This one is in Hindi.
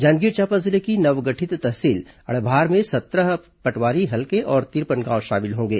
जांजगीर चांपा जिले की नव गठित तहसील अड़भार में सत्रह पटवारी हल्के और तिरपन गांव शामिल होंगे